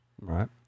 Right